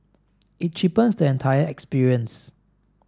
it cheapens the entire experience